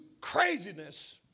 craziness